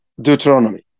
Deuteronomy